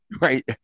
Right